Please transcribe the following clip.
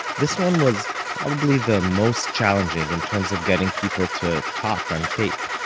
this one was probably the most challenging in terms of getting people to talk on tape.